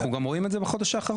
אנחנו רואים את זה גם בחודש האחרון,